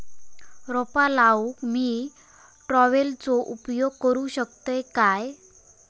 रोपा लाऊक मी ट्रावेलचो उपयोग करू शकतय काय?